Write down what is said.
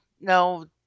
no